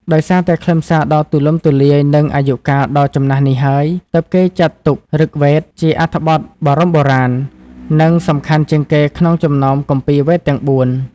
ដោយសារតែខ្លឹមសារដ៏ទូលំទូលាយ និងអាយុកាលដ៏ចំណាស់នេះហើយ ទើបគេចាត់ទុក ឫគវេទ ជាអត្ថបទបរមបុរាណ និងសំខាន់ជាងគេក្នុងចំណោមគម្ពីរវេទទាំង៤។